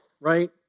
right